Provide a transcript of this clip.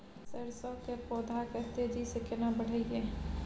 सरसो के पौधा के तेजी से केना बढईये?